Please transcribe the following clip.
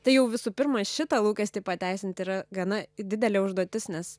tai jau visų pirma šitą lūkestį pateisint yra gana didelė užduotis nes